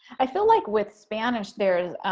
i feel like with spanish. there's